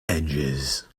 edges